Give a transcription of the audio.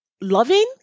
loving